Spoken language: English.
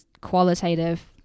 qualitative